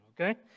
okay